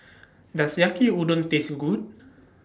Does Yaki Udon Taste Good